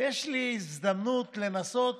ויש לי הזדמנות לנסות